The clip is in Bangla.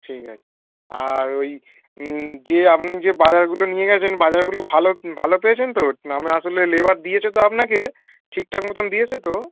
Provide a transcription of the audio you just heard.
ঠিক আছে আর ওই যে আপনি যে বাজারগুলো নিয়ে গেছেন বাজারগুলো ভালো ভালো পেয়েছেন তো না আমি আসলে লেবার দিয়েছে তো আপনাকে ঠিকঠাক মতন দিয়েছে তো